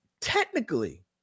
Technically